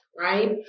right